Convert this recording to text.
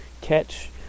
catch